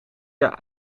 jaar